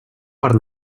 per